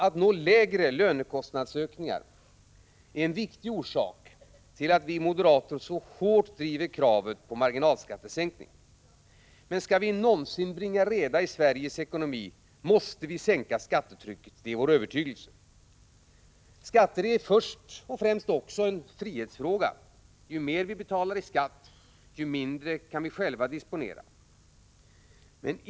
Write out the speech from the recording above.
Att nå lägre lönekostnadsökningar är en viktig orsak till att vi moderater så hårt driver kravet på marginalskattesänkning. Men skall vi någonsin bringa reda i Sveriges ekonomi måste vi sänka skattetrycket; det är vår övertygelse. Skatter är först och främst en frihetsfråga. Ju mer vi betalar i skatt, desto mindre kan vi själva disponera.